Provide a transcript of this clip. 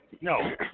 No